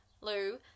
Lou